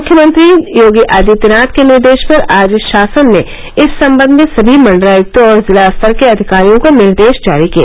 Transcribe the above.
मुख्यमंत्री योगी आदित्यनाथ के निर्देश पर आज शासन ने इस संबंध में सभी मंडलायुक्तों और जिला स्तर के अधिकारियों को निर्देश जारी किए